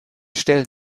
stellen